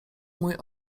mój